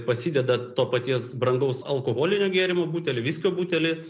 pasideda to paties brangaus alkoholinio gėrimo butelį viskio butelį